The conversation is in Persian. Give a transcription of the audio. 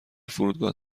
فرودگاه